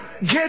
Get